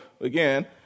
again